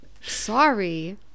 Sorry